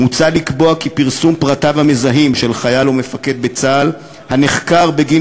מוצע לקבוע כי פרסום פרטיו המזהים של חייל או מפקד בצה"ל הנחקר בגין